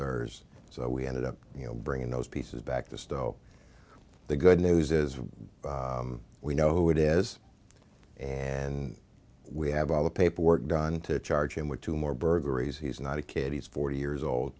theirs so we ended up you know bringing those pieces back to stowe the good news is we know who it is and we have all the paperwork done to charge him with two more burglaries he's not a kid he's forty years old